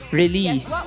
release